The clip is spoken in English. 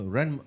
Run